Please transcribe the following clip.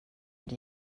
mit